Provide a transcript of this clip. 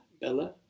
bella